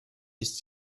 ist